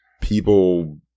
people